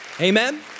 Amen